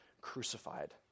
crucified